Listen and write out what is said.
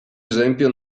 esempio